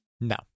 No